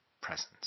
presence